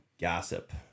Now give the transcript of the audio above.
gossip